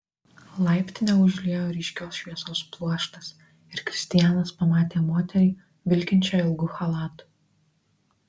laiptinę užliejo ryškios šviesos pluoštas ir kristianas pamatė moterį vilkinčią ilgu chalatu